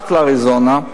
פרט לאריזונה,